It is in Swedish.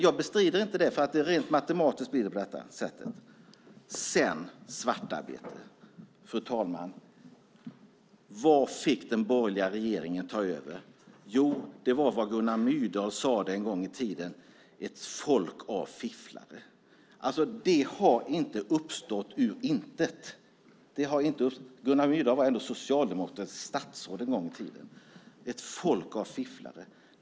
Jag bestrider inte, för rent matematiskt blir det på det sättet. Sedan nämns svartarbete. Fru talman! Vad fick den borgerliga regeringen ta över? Jo, det var vad Gunnar Myrdal sade en gång i tiden: Ett folk av fifflare. Det har inte uppstått ur intet. Gunnar Myrdal var ändå socialdemokratiskt statsråd en gång i tiden. Ett folk av fifflare.